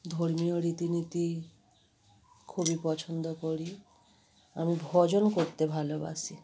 ধর্মীয় রীতিনীতি খুবই পছন্দ করি আমি ভজন করতে ভালোবাসি